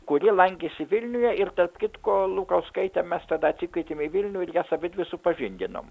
kuri lankėsi vilniuje ir tarp kitko lukauskaitę mes tada atsikvietėm į vilnių ir jas abidvi supažindinom